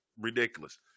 ridiculous